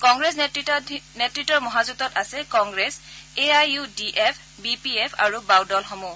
কংগ্ৰেছ নেতৃত্ৰ মহাজোঁটত আছে Congress A I U D F B P F আৰু বাওদলসমূহ